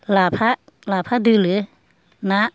लाफा लाफादोलो ना